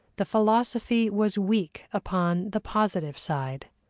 the philosophy was weak upon the positive side.